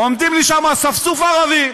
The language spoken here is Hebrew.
עומדים לי שם אספסוף ערבי,